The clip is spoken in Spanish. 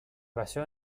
basó